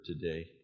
today